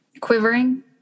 Quivering